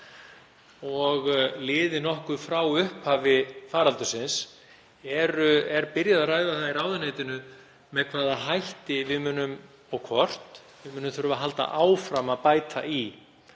og liðið nokkuð frá upphafi faraldursins. Er byrjað að ræða í ráðuneytinu með hvaða hætti og hvort við munum þurfa að halda áfram að bæta í?